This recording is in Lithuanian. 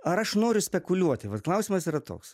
ar aš noriu spekuliuoti vat klausimas yra toks